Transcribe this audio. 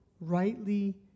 rightly